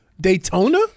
Daytona